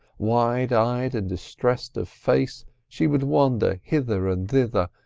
wide-eyed and distressed of face she would wander hither and thither,